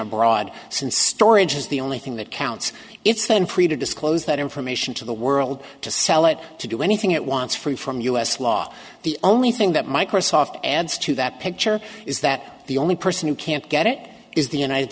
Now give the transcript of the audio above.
abroad since storage is the only thing that counts it's then free to disclose that information to the world to sell it to do anything it wants free from u s law the only thing that microsoft adds to that picture is that the only person who can't get it is the united